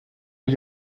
als